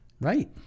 Right